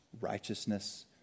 righteousness